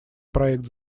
проект